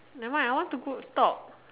never mind I want to go talk